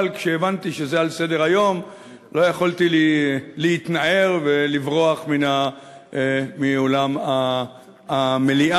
אבל כשהבנתי שזה על סדר-היום לא יכולתי להתנער ולברוח מאולם המליאה.